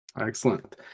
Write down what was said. excellent